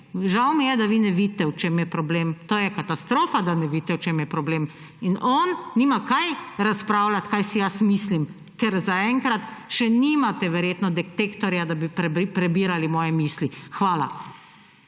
Žal mi je, da vi ne vidite, v čem je problem. To je katastrofa, da ne vidite, v čem je problem. on nima kaj razpravljati, kaj si jaz mislim, ker zaenkrat verjetno še nimate detektorja, da bi prebirali moje misli. Hvala.